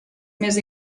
més